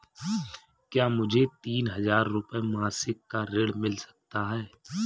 क्या मुझे तीन हज़ार रूपये मासिक का ऋण मिल सकता है?